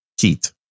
heat